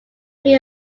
three